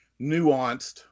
nuanced